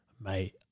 Mate